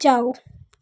जाओ